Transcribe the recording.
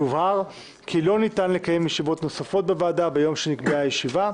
יובהר כי לא ניתן לקיים ישיבות נוספות בוועדה ביום שבו נקבעה ישיבה,